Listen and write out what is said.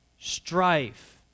strife